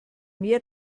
mehr